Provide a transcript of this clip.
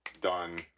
done